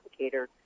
applicator